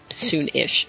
soon-ish